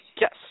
Yes